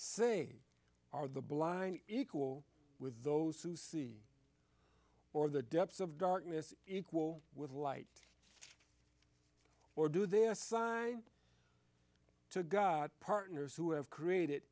say are the blind equal with those who see or the depths of darkness equal with light or do they assign to god partners who have created